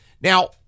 Now